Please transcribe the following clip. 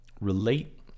relate